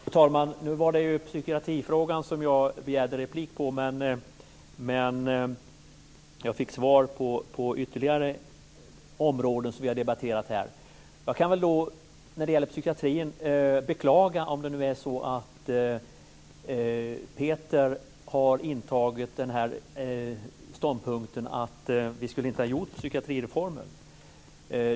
Fru talman! Nu var det psykiatrifrågan som jag replikerade på. Men jag fick kommentarer när det gäller ytterligare områden som vi har debatterat här. Angående psykiatrin kan jag beklaga om Peter Pedersen har intagit ståndpunkten att vi inte skulle ha genomfört psykiatrireformen.